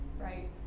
right